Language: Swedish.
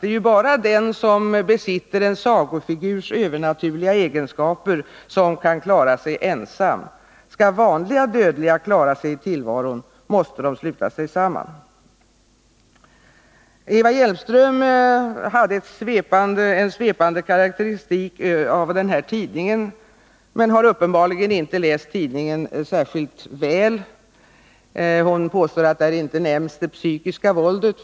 Det är bara den som besitter en sagofigurs övernaturliga egenskaper som kan klara sig ensam. Skall vanliga dödliga klara sig i tillvaron måste de sluta sig Eva Hjelmström gjorde en svepande karakteristik av den här tidningen, men hon har uppenbarligen inte läst tidningen särskilt väl. Hon påstår att det psykiska våldet inte nämns i tidningen.